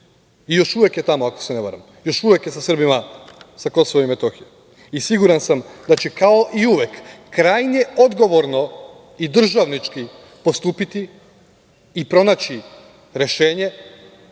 i još uvek je tamo, ako se ne varam, još uvek je sa Srbima sa KiM i siguran sam da će kao i uvek krajnje odgovorno i državnički postupiti i pronaći rešenje